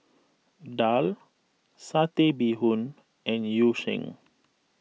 Daal Satay Bee Hoon and Yu Sheng